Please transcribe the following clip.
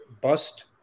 bust